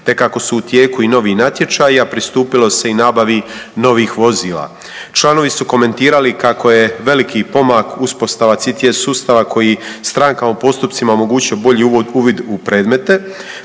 te kako su u tijeku i novi natječaji, a pristupilo se i nabavi novih vozila. Članovi su komentirali kako je veliki pomak uspostava CTS sustava koji strankama u postupcima omogućuje bolji uvid u predmete.